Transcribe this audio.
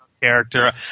character